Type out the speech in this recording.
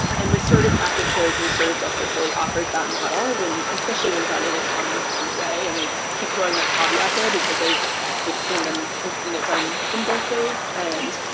and restorative practices, restorative justice really offers that model when especially when done in a trauma-informed way and i just keep throwing that kind of yeah out there because i've i've seen them i've seen it done in both ways. and